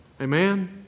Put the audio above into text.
Amen